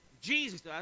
Jesus